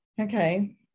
okay